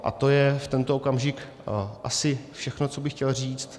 A to je v tento okamžik asi všechno, co bych chtěl říct.